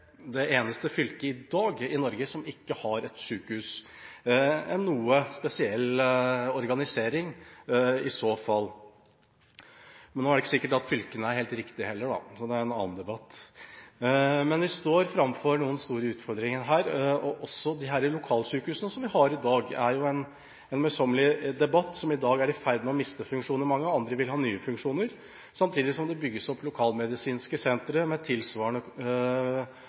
det eneste fylket i Norge i dag som ikke har et sykehus, en noe spesiell organisering. Nå er det ikke sikkert at fylkene er helt riktige, heller – det er en annen debatt. Vi står framfor noen store utfordringer her. En møysommelig debatt er også lokalsykehusene, som i dag er i ferd med å miste funksjoner og mange vil ha nye funksjoner, samtidig som det bygges opp lokalmedisinske sentre med tilsvarende